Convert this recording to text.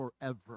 forever